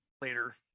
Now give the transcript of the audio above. Later